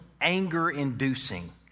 anger-inducing